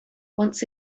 once